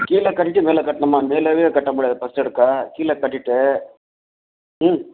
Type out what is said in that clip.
கீழே கட்டிவிட்டு மேலே கட்டணுமா மேலேவே கட்ட முடியாது ஃபர்ஸ்ட் அடுக்காக கீழே கட்டிட்டு ம்